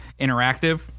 interactive